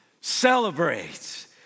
Celebrate